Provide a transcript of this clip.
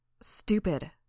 Stupid